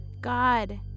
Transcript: God